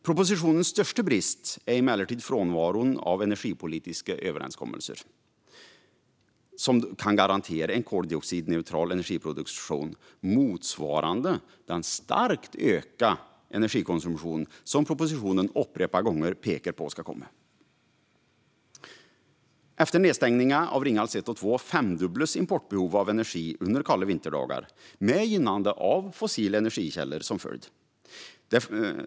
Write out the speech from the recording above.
Propositionens största brist är emellertid frånvaron av energipolitiska överenskommelser som kan garantera en CO2-neutral energiproduktion motsvarande den starkt ökande energikonsumtion som propositionen upprepade gånger pekar på ska komma. Efter nedstängningen av Ringhals l och 2 femdubblades importbehovet av energi under kalla vinterdagar, med gynnande av fossila energikällor som följd.